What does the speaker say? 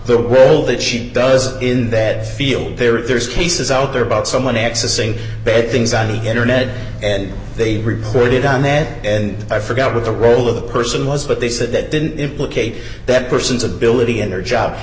the role that she does in that field there is there's cases out there about someone accessing bad things on the internet and they reported on that and i forgot what the role of the person was but they said that didn't implicate that person's ability enter job